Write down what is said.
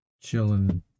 chilling